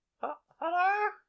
Hello